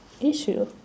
issue